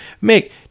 make